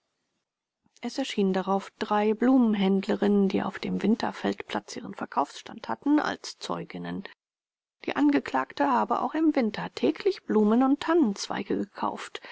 es erschienen darauf drei blumenhändlerinnen die auf dem winterfeldplatz ihren verkaufsstand hatten als zeuginnen die angeklagte habe auch im winter täglich blumen und tannenzweige gekauft